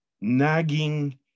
Nagging